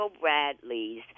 Bradley's